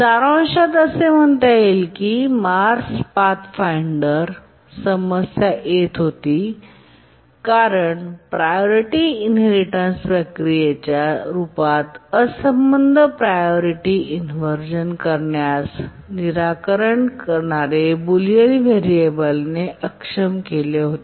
सारांशात असे म्हणता येईल की मार्स पाथफाइंडरला समस्या येत होती कारण प्रायोरिटी इनहेरिटेन्स प्रक्रियेच्या रूपात असंबद्ध प्रायोरिटी इन्व्हरझन करण्याचे निराकरण बुलियन व्हेरिएबलने अक्षम केले होते